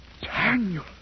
Daniel